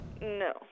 No